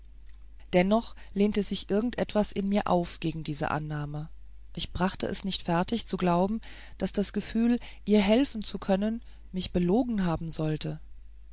dennoch lehnte sich irgendetwas in mir auf gegen diese annahme ich brachte es nicht fertig zu glauben daß das gefühl ihr helfen zu können mich belogen haben sollte